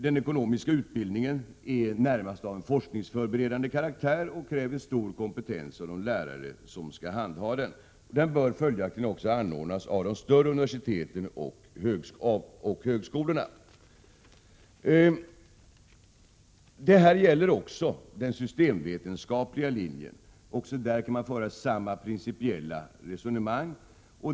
Den ekonomiska utbildningen är närmast av forskningsförberedande karaktär och kräver stor kompetens av de lärare som skall handha den. Den bör följaktligen också anordnas av de större universiteten och högskolorna. Detta gäller också den systemvetenskapliga linjen. Man kan föra samma principiella resonemang i det avseendet.